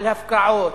על הפקעות,